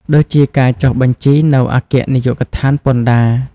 ដូចជាការចុះបញ្ជីនៅអគ្គនាយកដ្ឋានពន្ធដារ។